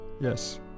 Yes